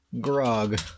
Grog